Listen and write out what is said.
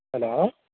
hello